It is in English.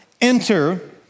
enter